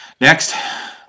Next